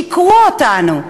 שיקרו לנו,